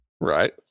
Right